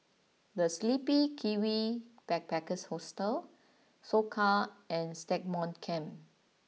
The Sleepy Kiwi Backpackers Hostel Soka and Stagmont Camp